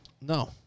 No